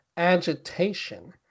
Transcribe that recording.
agitation